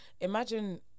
imagine